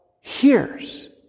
hears